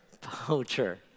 Poacher